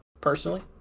personally